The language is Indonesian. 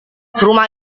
rumah